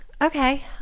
Okay